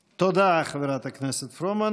תודה, חברת הכנסת פרומן.